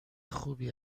خوبی